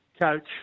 coach